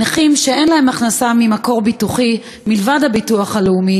נכים שאין להם הכנסה ממקור ביטוחי מלבד הביטוח הלאומי